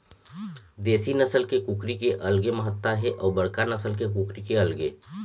देशी नसल के कुकरी के अलगे महत्ता हे अउ बड़का नसल के कुकरी के अलगे